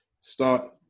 start